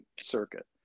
circuit